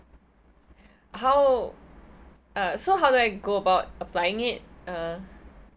how uh so how do I go about uh applying it uh